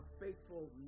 faithful